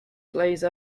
glaze